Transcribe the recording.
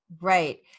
Right